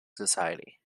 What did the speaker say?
society